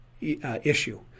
issue